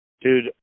dude